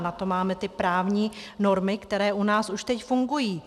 Na to máme právní normy, které u nás už teď fungují.